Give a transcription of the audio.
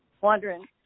wondering